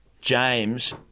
James